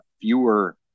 fewer